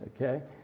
okay